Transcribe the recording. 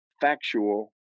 factual